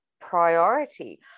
priority